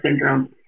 syndrome